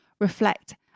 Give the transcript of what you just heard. reflect